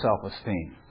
self-esteem